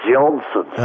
Johnson